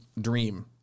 Dream